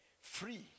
free